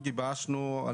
גיבשנו.